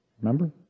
Remember